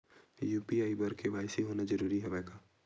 UPI बर KYC होना जरूरी हवय का?